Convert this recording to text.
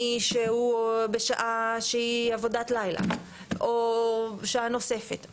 מישהו בשעה שהיא עבודת לילה או שעה נוספת.